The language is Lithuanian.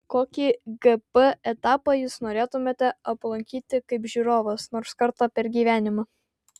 kokį gp etapą jūs norėtumėte aplankyti kaip žiūrovas nors kartą per gyvenimą